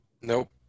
Nope